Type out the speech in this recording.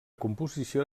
composició